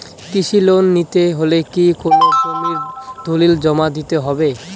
কৃষি লোন নিতে হলে কি কোনো জমির দলিল জমা দিতে হবে?